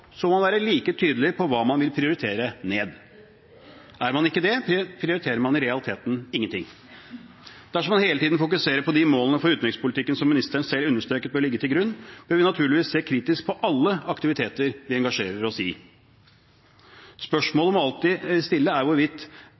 må en være like tydelig på hva man vil nedprioritere. Er man ikke det, prioriterer man i realiteten ingen ting. Dersom man hele tiden fokuserer på de målene for utenrikspolitikken som utenriksministeren selv understreket bør ligge til grunn, bør vi naturligvis se kritisk på alle aktiviteter vi engasjerer oss i. Spørsmålet en alltid må stille, er hvorvidt